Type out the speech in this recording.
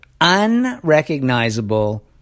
Unrecognizable